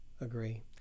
agree